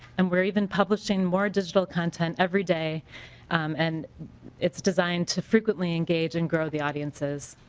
um we are even polishing more additional content every day and it's designed to frequently engage and grow the audiences.